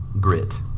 grit